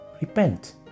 repent